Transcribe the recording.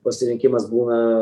pasirinkimas būna